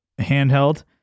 handheld